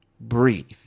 breathe